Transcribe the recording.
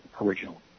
original